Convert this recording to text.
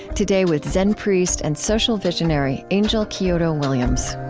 today, with zen priest and social visionary, angel kyodo williams